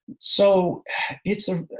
so it's a,